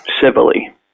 civilly